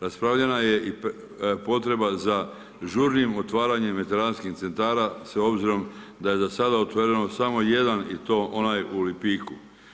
Raspravljena je i potreba za žurnijim otvaranjem veteranskih centara s obzirom da je za sada otvoreno samo jedan u to onaj u Lipiku.